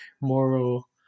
moral